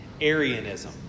Arianism